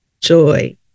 joy